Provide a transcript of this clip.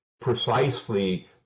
precisely